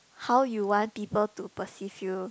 how you want people to perceive you